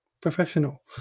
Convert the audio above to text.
professional